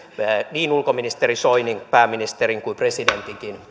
niin ulkoministeri soinin pääministerin kuin presidentinkin